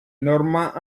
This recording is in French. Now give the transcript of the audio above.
normands